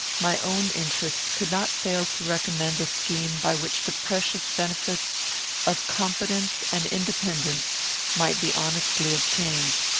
my own interest could not fail to recommend a scheme by which the precious benefits of competence and independence might be honestly obtained.